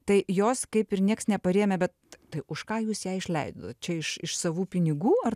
tai jos kaip ir nieks neparėmė bet tai už ką jūs ją išleidot čia iš iš savų pinigų ar